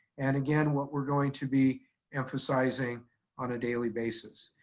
and again, what we're going to be emphasizing on a daily basis.